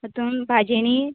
हातूंत भाज्येनी